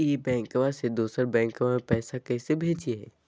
ई बैंकबा से दोसर बैंकबा में पैसा कैसे भेजिए?